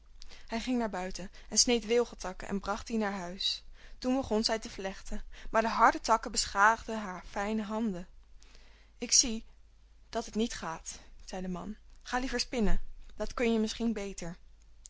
hij ging naar buiten en sneed wilgetakken en bracht die naar huis toen begon zij te vlechten maar de harde takken beschadigden hare fijne handen ik zie dat het niet gaat zei de man ga liever spinnen dat kun je misschien beter